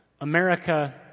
America